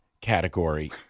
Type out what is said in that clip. category